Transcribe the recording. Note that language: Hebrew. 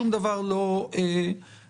שום דבר לא יקרה".